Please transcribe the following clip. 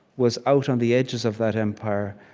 was out on the edges of that empire,